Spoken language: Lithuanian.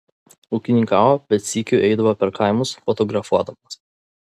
ūkininkavo bet sykiu eidavo per kaimus fotografuodamas